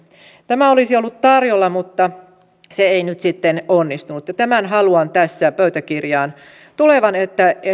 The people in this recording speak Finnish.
tämä olisi ollut tarjolla mutta se ei nyt sitten onnistunut tämän haluan tässä pöytäkirjaan tulevan että